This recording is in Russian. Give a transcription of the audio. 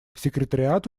секретариат